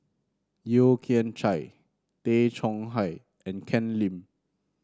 Yeo Kian Chai Tay Chong Hai and Ken Lim